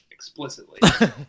explicitly